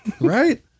Right